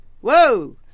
whoa